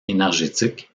énergétique